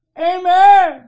amen